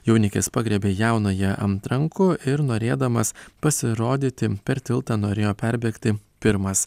jaunikis pagriebė jaunąją ant rankų ir norėdamas pasirodyti per tiltą norėjo perbėgti pirmas